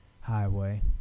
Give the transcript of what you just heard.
highway